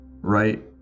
right